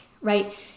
right